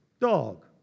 Dog